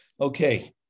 Okay